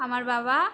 আমার বাবা